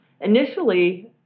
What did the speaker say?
initially